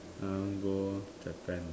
I want go Japan